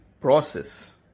process